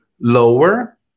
lower